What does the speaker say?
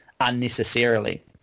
unnecessarily